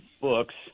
books